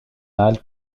mal